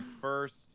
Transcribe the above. first